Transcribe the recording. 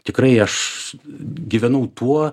tikrai aš gyvenau tuo